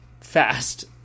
fast